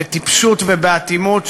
בטיפשות ובאטימות,